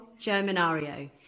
Germanario